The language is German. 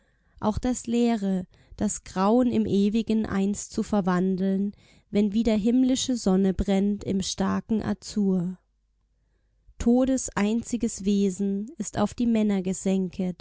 auch das leere das graun im ewigen einst zu verwandeln wenn wieder himmlische sonne brennt im starken azur todes einziges wesen ist auf die